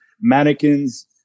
mannequins